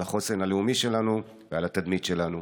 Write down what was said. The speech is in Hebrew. על החוסן הלאומי שלנו ועל התדמית שלנו.